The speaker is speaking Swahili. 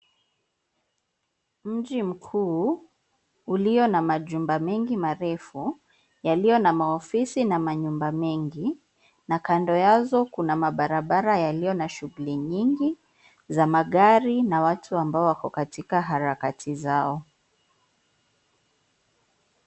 Mji mkuu, ulio na majumba mengi marefu, yaliyo na maofisi na manyumba mengi, na kando yazo kuna mabarabara yaliyo na shughuli nyingi, za magari na watu ambao wako katika harakati zao.